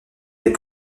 des